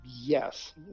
yes